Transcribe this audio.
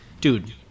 dude